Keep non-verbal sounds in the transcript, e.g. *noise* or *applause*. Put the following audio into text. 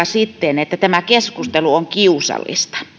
*unintelligible* sitten että tämä keskustelu on kiusallista